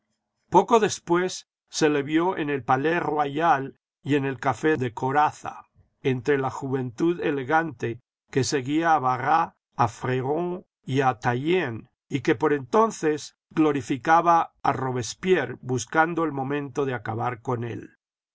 poco después se le vio en el palais royal y en el café de corazza entre la juventud elegante que seguía a barras a freron y a tallien y que por entonces glorificaba a robespierre buscando el momento de acabar con él